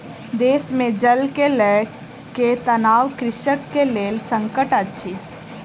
देश मे जल के लअ के तनाव कृषक के लेल संकट अछि